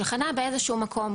שחנה באיזשהו מקום.